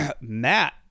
Matt